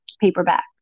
paperback